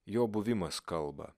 jo buvimas kalba